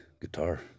guitar